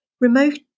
remote